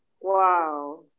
Wow